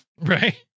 Right